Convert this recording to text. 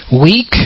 weak